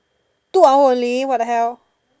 two hour only what the hell